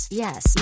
yes